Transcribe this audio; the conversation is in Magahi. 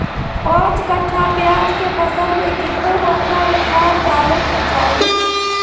पांच कट्ठा प्याज के फसल में कितना मात्रा में खाद डाले के चाही?